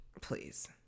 Please